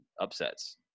upsets